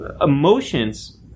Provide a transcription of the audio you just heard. emotions